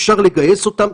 אפשר לגייס אותם.